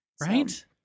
Right